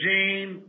Jane